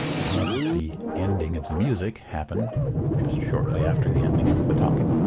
and have the ending of the music happen just shortly after the ending of of the talking.